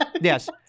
Yes